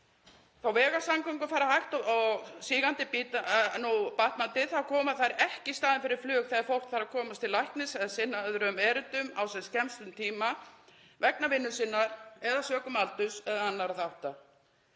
Þótt vegasamgöngur fari hægt og sígandi batnandi koma þær ekki í staðinn fyrir flug þegar fólk þarf að komast til læknis eða sinna öðrum erindum á sem skemmstum tíma vegna vinnu sinnar eða sökum aldurs eða annarra þátta.